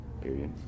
Period